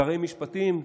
שרי משפטים,